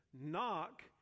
Knock